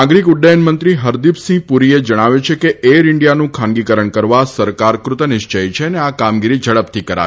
નાગરીક ઉદ્દયન મંત્રી હરદીપસિંહ પુરીએ જણાવ્યું છે કે એર ઇન્ડિયાનું ખાનગીકરણ કરવા સરકાર કૃતનિશ્ચયી છે અને આ કામગીરી ઝડપથી કરાશે